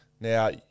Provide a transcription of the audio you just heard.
Now